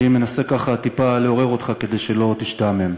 אני מנסה, ככה, טיפה לעורר אותך, כדי שלא תשתעמם,